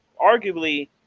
arguably